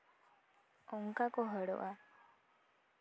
ᱚᱱᱠᱟ ᱠᱚ ᱦᱚᱲᱚᱜᱼᱟ